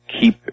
keep